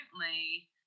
currently